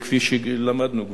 כפי שלמדנו כבר,